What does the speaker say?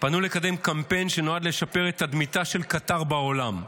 פנו לקדם קמפיין שנועד לשפר את תדמיתה של קטר בעולם.